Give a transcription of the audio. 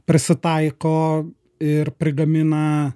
prisitaiko ir prigamina